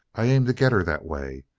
i aim to get her that way.